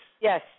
Yes